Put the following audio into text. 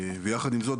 ויחד עם זאת,